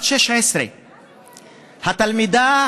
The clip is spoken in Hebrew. בת 16. התלמידה